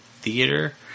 Theater